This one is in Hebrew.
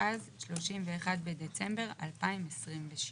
התשפ"ז (31 בדצמבר 2026)."